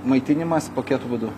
maitinimas paketų būdu